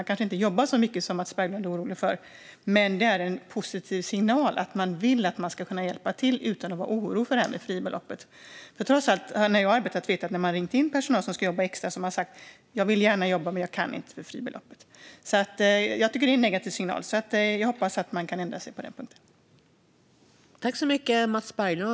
De kanske inte jobbar så mycket som Mats Berglund är orolig för, men det är en positiv signal att man vill att studenter ska kunna hjälpa till utan att vara oroliga för det här med fribeloppet. När jag har arbetat har vi ringt in personal för att jobba extra som då har sagt att de vill gärna jobba men inte kan för fribeloppet. Det tycker jag är en negativ signal, så jag hoppas att man kan ändra sig på den punkten.